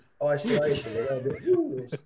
isolation